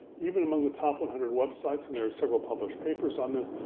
even among the top one hundred websites, and there are several published papers on this,